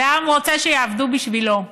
והעם רוצה שיעבדו בשבילו,